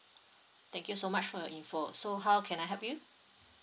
thank you so much for your info so how can I help you